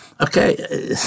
Okay